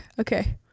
okay